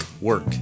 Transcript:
work